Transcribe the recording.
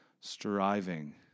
striving